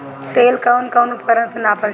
तेल कउन कउन उपकरण से नापल जाला?